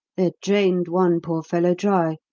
they had drained one poor fellow dry,